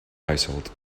household